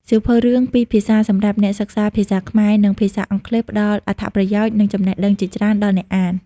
សៀវភៅរឿងពីរភាសាសម្រាប់អ្នកសិក្សាភាសាខ្មែរ និងភាសាអង់គ្លេសផ្ដល់អត្ថប្រយោជន៍ និងចំណេះដឹងជាច្រើនដល់អ្នកអាន។